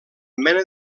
mena